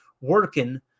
working